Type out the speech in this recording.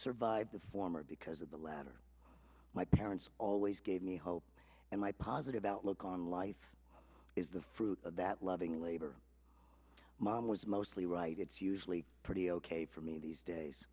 survive the former because of the latter my parents always gave me hope and my positive outlook on life is the fruit of that loving labor mom was mostly right it's usually pretty ok for me these days